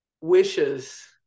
wishes